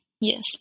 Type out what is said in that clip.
Yes